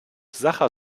sacher